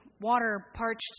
water-parched